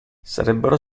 sarebbero